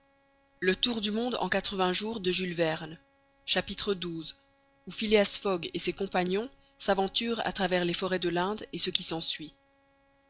xii où phileas fogg et ses compagnons s'aventurent à travers les forêts de l'inde et ce qui s'ensuit